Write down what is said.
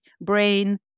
brain